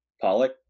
Pollock